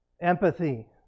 Empathy